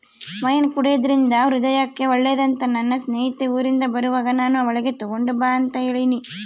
wine ಕುಡೆದ್ರಿಂದ ಹೃದಯಕ್ಕೆ ಒಳ್ಳೆದಂತ ನನ್ನ ಸ್ನೇಹಿತೆ ಊರಿಂದ ಬರುವಾಗ ನಾನು ಅವಳಿಗೆ ತಗೊಂಡು ಬಾ ಅಂತ ಹೇಳಿನಿ